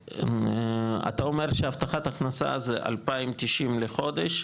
ואתה אומר שהבטחת הכנסה זה 2,090 ₪ לחודש.